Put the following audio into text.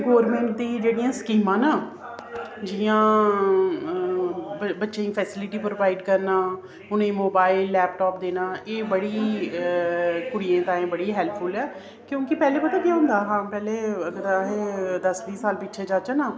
government दियां जेह्ड़ियां स्कीमां ना जि'यां बच्चें ई फैसिलिटी प्रोवाइड करना उनें ई मोबाइल लैपटाप देना एह् बड़ी असें ई बड़ी हैल्पफुल ऐ क्योंकि पैह्लें पता केह् होंदा हा पैह्लें अगर अस दस्स बीह् साल पिच्छें जाह्चै ना